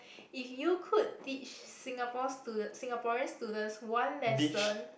if you could teach Singapore student~ Singaporean students one lesson